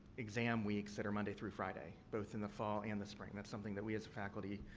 exam weeks that are monday through friday, both in the fall and spring. that's something that we, as a faculty,